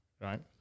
right